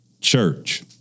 church